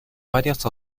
varios